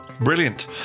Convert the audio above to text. Brilliant